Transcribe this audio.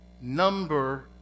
number